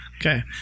Okay